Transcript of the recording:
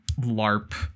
LARP